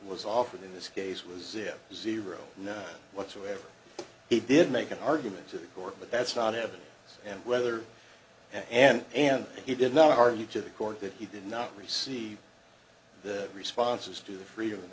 was offered in this case with zip zero none whatsoever he did make an argument to the court but that's not have and whether and and he did not argue to the court that he did not receive the responses to the freedom